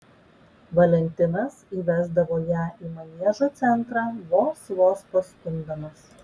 valentinas įvesdavo ją į maniežo centrą vos vos pastumdamas